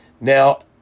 Now